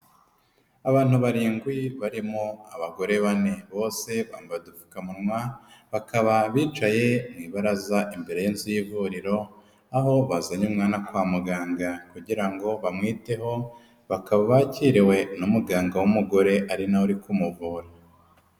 Abantu barindwi barimo abagore bane bose bambaye udupfukamuwa bakaba bicaye mu ibaraza imbere y'inzu y'ivuriro, aho bazanye umwana kwa muganga kugira ngo bamwiteho, bakaba bakiriwe n'umuganga w'umugore ari nawe uri kumuvura.